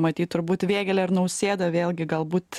matyt turbūt vėgėlę ir nausėdą vėlgi galbūt